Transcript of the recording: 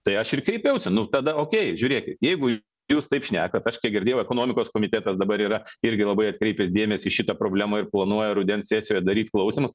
tai aš ir kreipiausi nu tada ok žiūrėkit jeigu jūs taip šnekat aš kiek girdėjau ekonomikos komitetas dabar yra irgi labai atkreipęs dėmesį į šita problema ir planuoja rudens sesijoje daryt klausymus